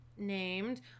named